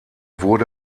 wurde